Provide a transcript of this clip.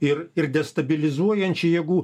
ir ir destabilizuojanči jėgų